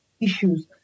issues